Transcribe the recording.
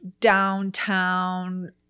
downtown